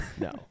No